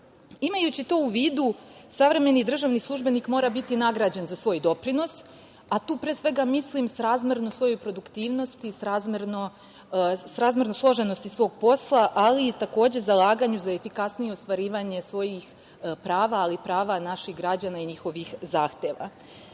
servis. Imajući to u vidu, savremeni državni službenik mora biti nagrađen za svoj doprinos, a tu pre svega mislim srazmerno svojoj produktivnosti, srazmerno složenosti svog posla, ali i takođe zalaganju za efikasnije ostvarivanje svojih prava, ali i prava naših građana i njihovih zahteva.Za